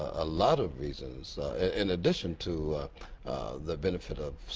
a lot of reasons in addition to the benefit of